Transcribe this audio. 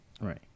right